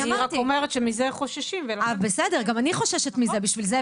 אני רק אומרת שמזה חוששים ולכן -- בסדר,